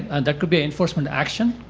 and that could be enforcement action.